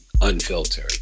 unfiltered